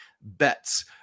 bets